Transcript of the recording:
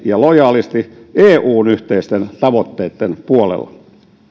ja lojaalisti eun yhteisten tavoitteitten puolella